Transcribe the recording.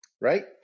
right